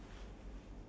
oh